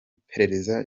iperereza